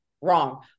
wrong